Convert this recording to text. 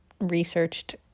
researched